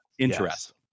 interest